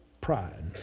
pride